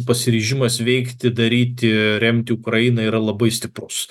pasiryžimas veikti daryti remti ukrainą yra labai stiprus